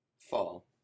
Fall